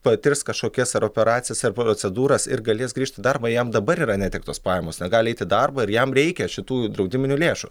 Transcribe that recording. patirs kažkokias ar operacijas ar procedūras ir galės grįžt į darbą jam dabar yra netektos pajamos negali eit į darbą ir jam reikia šitų draudiminių lėšų